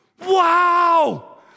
Wow